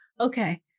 Okay